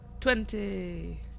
Twenty